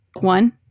one